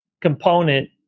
component